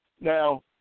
Now